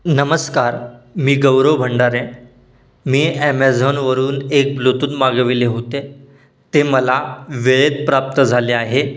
नमस्कार मी गौरव भंडारे मी ॲमेझॉनवरून एक ब्लूतूथ मागवले होते ते मला वेळेत प्राप्त झाले आहे